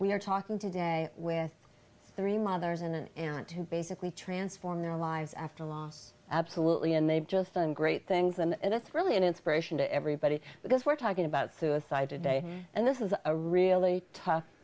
we're talking today with three mothers and want to basically transform their lives after a loss absolutely and they've just done great things and that's really an inspiration to everybody because we're talking about suicide today and this is a really tough